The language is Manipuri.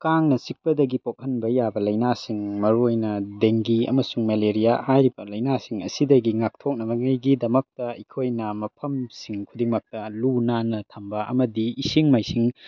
ꯀꯥꯡꯅ ꯆꯤꯛꯄꯗꯒꯤ ꯄꯣꯛꯍꯟꯕ ꯌꯥꯕ ꯂꯩꯅꯥꯁꯤꯡ ꯃꯔꯨ ꯑꯣꯏꯅ ꯗꯦꯡꯒꯤ ꯑꯃꯁꯨꯡ ꯃꯦꯂꯦꯔꯤꯌꯥ ꯍꯥꯏꯔꯤꯕ ꯂꯩꯅꯥꯁꯤꯡ ꯑꯁꯤꯗꯒꯤ ꯉꯥꯛꯊꯣꯛꯅꯕꯒꯤꯗꯃꯛꯇ ꯑꯩꯈꯣꯏꯅ ꯃꯐꯝꯁꯤꯡ ꯈꯨꯗꯤꯡꯃꯛꯇ ꯂꯨ ꯅꯥꯟꯅ ꯊꯝꯕ ꯑꯃꯗꯤ ꯏꯁꯤꯡ ꯃꯥꯏꯁꯤꯡ